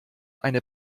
eine